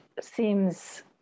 seems